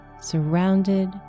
surrounded